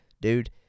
Dude